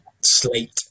slate